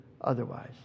otherwise